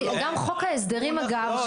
גם חוק ההסדרים אגב,